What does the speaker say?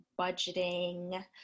budgeting